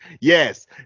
Yes